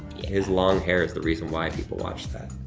his long hair is the reason why people watch that.